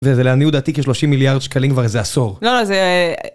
זה, זה לעניות דעתי כ-30 מיליארד שקלים כבר איזה עשור. לא, זה...